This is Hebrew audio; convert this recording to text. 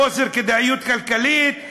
חוסר כדאיות כלכלית,